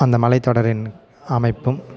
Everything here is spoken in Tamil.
அந்த மலைத்தொடரின் அமைப்பும்